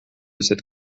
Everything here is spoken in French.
cette